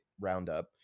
roundup